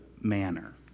manner